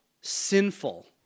sinful